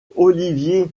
olivier